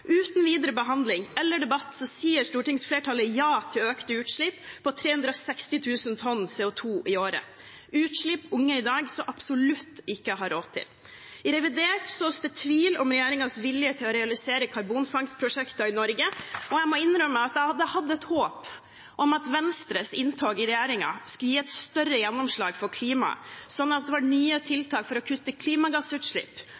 Uten videre behandling eller debatt sier stortingsflertallet ja til økte utslipp på 360 000 tonn CO 2 i året, utslipp unge i dag så absolutt ikke har råd til. I revidert sås det tvil om regjeringens vilje til å realisere karbonfangstprosjekter i Norge. Jeg må innrømme at jeg hadde et håp om at Venstres inntog i regjeringen skulle gi et større gjennomslag for klima, slik at det var nye